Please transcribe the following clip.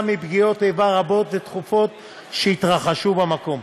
מפגיעות איבה רבות ותכופות שהתרחשו במקום.